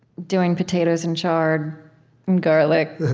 doing potatoes and chard and garlic,